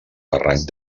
barranc